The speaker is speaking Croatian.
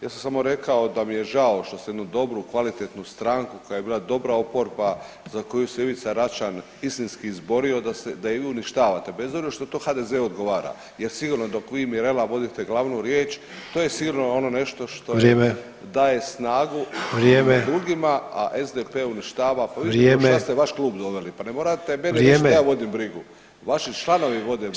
Ja sam samo rekao da mi je žao što ste jednu dobru, kvalitetnu stranku, koja je bila dobra oporba za koju se Ivica Račan istinski izborio da je vi uništavate bez obzira što to HDZ-u odgovara jer sigurno dok vi i Mirela vodite glavnu riječ to je sigurno ono nešto što je [[Upadica: Vrijeme.]] daje snagu [[Upadica: Vrijeme.]] drugima, a SDP uništava [[Upadica: Vrijeme.]] pa vidite u šta ste vaš klub doveli, pa ne morate mene [[Upadica: Vrijeme.]] di sam ja vodit brigu, vaši članovi vode brigu